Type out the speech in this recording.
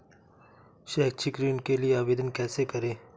शैक्षिक ऋण के लिए आवेदन कैसे करें?